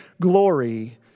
glory